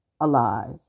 alive